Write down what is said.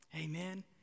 Amen